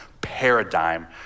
paradigm